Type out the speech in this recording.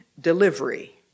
delivery